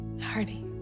Hardy